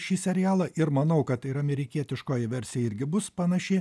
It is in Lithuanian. šį serialą ir manau kad ir amerikietiškoji versija irgi bus panaši